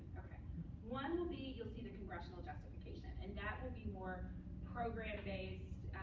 one will be you'll see the congressional justification. and that will be more program-based.